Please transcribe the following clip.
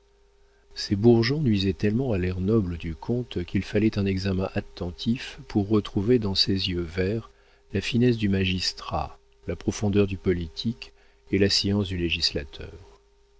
ces bourgeons nuisaient tellement à l'air noble du comte qu'il fallait un examen attentif pour retrouver dans ses yeux verts la finesse du magistrat la profondeur du politique et la science du législateur